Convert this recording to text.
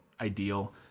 ideal